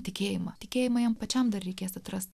tikėjimą tikėjimą jam pačiam dar reikės atrasti